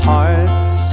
Hearts